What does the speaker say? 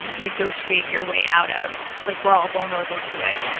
and negotiate your way out of. like we're all vulnerable to it.